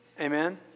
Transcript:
Amen